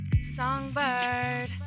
Songbird